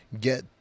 get